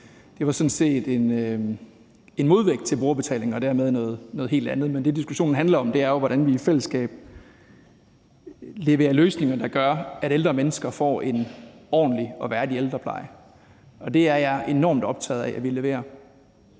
talte om, sådan set var en modvægt til brugerbetaling og dermed noget helt andet. Men det, diskussionen handler om, er jo, hvordan vi i fællesskab leverer løsninger, der gør, at ældre mennesker får en ordentlig og værdig ældrepleje. Det er jeg enormt optaget af at vi leverer.